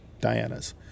Diana's